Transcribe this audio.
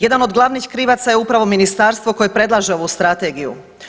Jedan od glavnih krivaca je upravo ministarstvo koje predlaže ovu Strategiju.